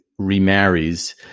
remarries